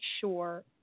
sure